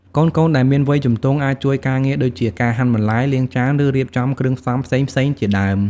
កូនៗដែលមានវ័យជំទង់ អាចជួយការងារដូចជា ការហាន់បន្លែ លាងចាន ឬរៀបចំគ្រឿងផ្សំផ្សេងៗជាដើម ។